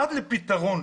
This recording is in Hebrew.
עד לפתרון